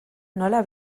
nola